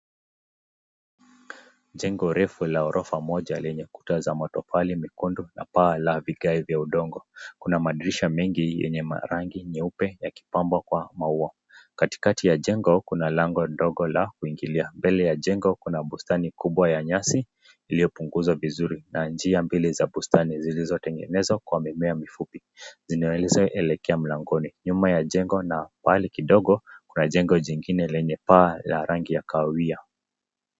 Jengo refu la orofa moja lenye kuta za matofali mekundu na paa la vigae vya udongo. Kuna madirisha mengi yenye rangi nyeupe yakipambwa kwa maua. Katikati ya jengo kuna lango ndogo la kuingilia. Mbele ya jengo kuna bustani kubwa ya nyasi iliyopunguzwa vizuri na njia mbili za bustani zilizotengenezwa kwa mimea mifupi zinaelekea mlangoni. Nyuma ya jengo na mbali kidogo kuna jengo jingine lenye paa la rangi ya kahawia.